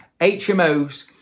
HMOs